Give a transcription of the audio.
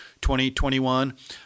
2021